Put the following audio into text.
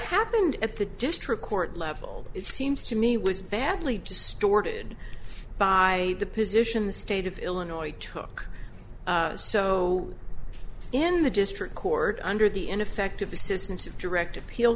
happened at the district court level it seems to me was badly distorted by the position the state of illinois took so in the district court under the ineffective assistance of direct appeal